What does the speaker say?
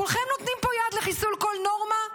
כולכם נותנים פה יד לחיסול כל נורמה,